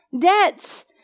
debts